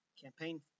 campaign